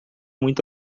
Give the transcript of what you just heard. muito